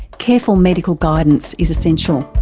careful medical guidance is essential.